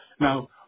now